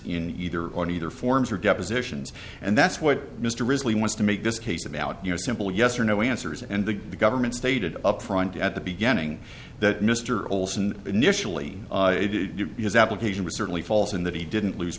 in either one either forms or depositions and that's what mr risley wants to make this case about you know simple yes or no answers and the government stated up front at the beginning that mr olson initially his application was certainly falls in that he didn't lose